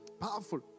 Powerful